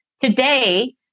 Today